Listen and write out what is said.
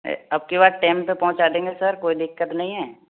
नहीं अब की बाद टेम पर पहुँचा देंगे सर कोई सर दिक्कत नहीं